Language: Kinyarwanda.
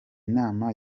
nama